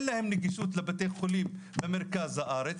אין להם נגישות לבתי החולים במרכז הארץ.